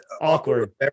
awkward